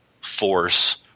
force